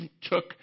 took